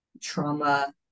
trauma